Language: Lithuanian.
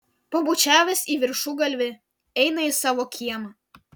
pabučiavęs į viršugalvį eina į savo kiemą